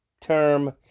term